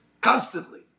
constantly